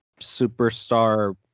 superstar